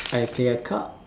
I play a card